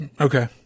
Okay